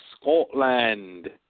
Scotland